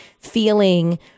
feeling